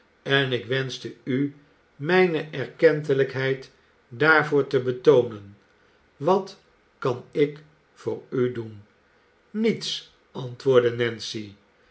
en ik wenschte u mijne erkentelijkheid daarvoor te betooneiu wat kan ik voor u doen niets antwoordde nancy